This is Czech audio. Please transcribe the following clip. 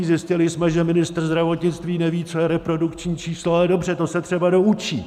Zjistili jsme, že ministr zdravotnictví neví, co je reprodukční číslo, ale dobře, to se třeba doučí.